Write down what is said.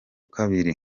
kabiri